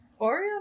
Oreo